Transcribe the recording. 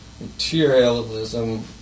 materialism